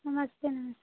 नमस्ते मेम